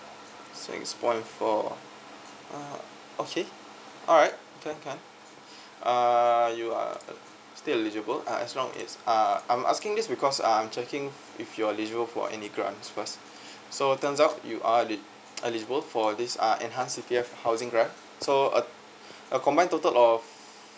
six point four uh okay alright can can err you are still eligible uh as long as uh I'm asking this because I'm checking if you're eligible for any grants first so turns out you are eli~ eligible for this uh enhanced C_P_F housing grant so uh uh combine total of